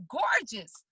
gorgeous